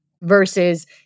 versus